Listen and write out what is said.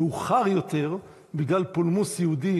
מאוחר יותר, בגלל פולמוס יהודי